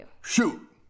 Shoot